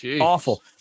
Awful